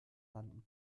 landen